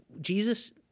Jesus